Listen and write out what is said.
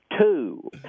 two